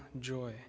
joy